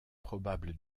probable